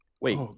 Wait